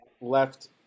left